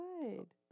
good